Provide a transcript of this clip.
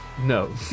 No